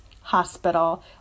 Hospital